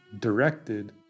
directed